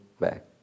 back